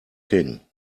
king